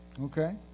Okay